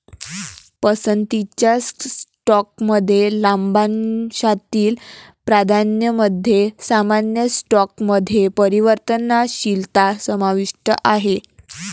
पसंतीच्या स्टॉकमध्ये लाभांशातील प्राधान्यामध्ये सामान्य स्टॉकमध्ये परिवर्तनशीलता समाविष्ट आहे